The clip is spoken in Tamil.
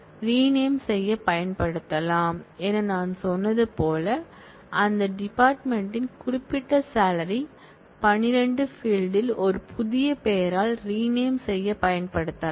ரீநேம் செய்ய பயன்படுத்தலாம் என நான் சொன்னது போல அந்த டிபார்ட்மென்ட் யின் குறிப்பிட்ட சாலரி 12 ஃபீல்ட் ல் ஒரு புதிய பெயரால் ரீநேம் செய்ய பயன்படுத்தலாம்